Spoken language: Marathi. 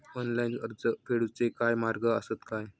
ऑनलाईन कर्ज फेडूचे काय मार्ग आसत काय?